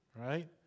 right